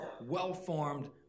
well-formed